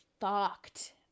fucked